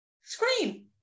Scream